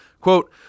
quote